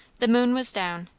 the moon was down,